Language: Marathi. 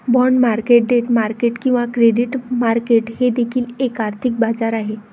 बाँड मार्केट डेट मार्केट किंवा क्रेडिट मार्केट हे देखील एक आर्थिक बाजार आहे